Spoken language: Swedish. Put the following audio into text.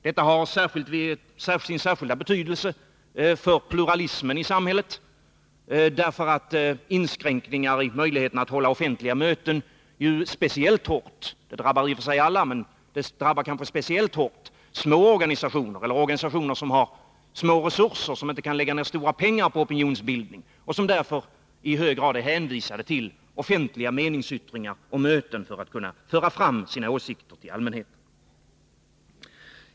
Detta har sin särskilda betydelse för pluralismen i samhället — inskränkningar i möjligheterna att hålla offentliga möten drabbar speciellt hårt små organisationer och organisationer som har små resurser och inte kan lägga ned stora pengar på opinionsbildning och som därför i hög grad är hänvisade till offentliga meningsyttringar och möten när det gäller att föra fram sina åsikter till allmänheten.